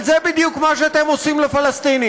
אבל זה בדיוק מה שאתם עושים לפלסטינים.